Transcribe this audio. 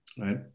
right